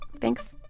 thanks